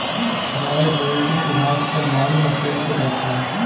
हमारे बगीचे की घास को माली मशीन से काटता है